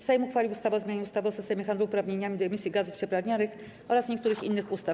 Sejm uchwalił ustawę o zmianie ustawy o systemie handlu uprawnieniami do emisji gazów cieplarnianych oraz niektórych innych ustaw.